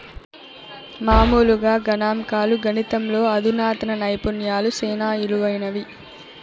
మామూలుగా గణంకాలు, గణితంలో అధునాతన నైపుణ్యాలు సేనా ఇలువైనవి